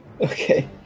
Okay